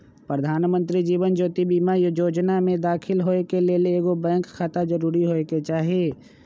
प्रधानमंत्री जीवन ज्योति बीमा जोजना में दाखिल होय के लेल एगो बैंक खाता जरूरी होय के चाही